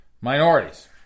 minorities